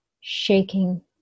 shaking